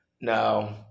No